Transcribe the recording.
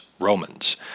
Romans